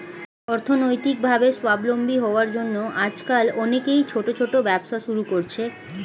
অর্থনৈতিকভাবে স্বাবলম্বী হওয়ার জন্য আজকাল অনেকেই ছোট ছোট ব্যবসা শুরু করছে